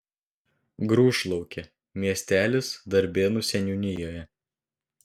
grūšlaukė miestelis darbėnų seniūnijoje